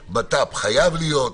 שר בט"פ חייב להיות,